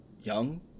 young